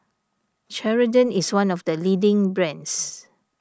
Ceradan is one of the leading brands